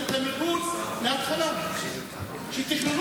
שהרכבת נוסעת בו היא אסורה לפי חוק.